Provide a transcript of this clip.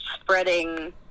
spreading